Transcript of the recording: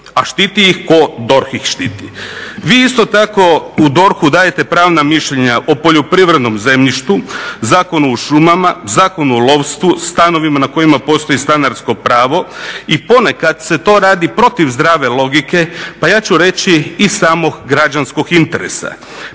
A štiti ih tko? DORH ih štiti. Vi isto tako u DORH-u dajete pravna mišljenja o poljoprivrednom zemljištu, Zakonu o šumama, Zakonu o lovstvu, stanovima na kojima postoji stanarsko pravo i ponekada se to radi protiv zdrave logike, pa ja ću reći i samog građanskog interesa.